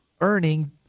earning